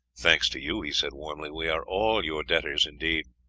thanks to you, he said warmly we are all your debtors indeed.